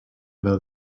though